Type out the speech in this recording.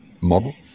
model